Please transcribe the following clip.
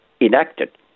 enacted